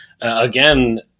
again